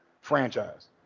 franchise